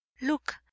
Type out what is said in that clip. look